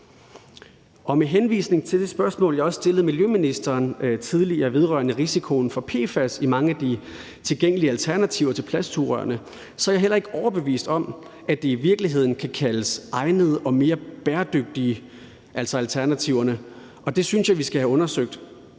Med henvisning til det spørgsmål, jeg også stillede miljøministeren tidligere vedrørende risikoen for PFAS i mange af de tilgængelige alternativer til plastsugerørene, er jeg heller ikke overbevist om, at de i virkeligheden kan kaldes egnede og mere bæredygtige, altså alternativerne. Det synes jeg vi skal have undersøgt.